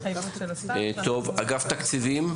טוב, אגף תקציבים?